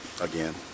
again